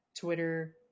twitter